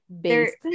based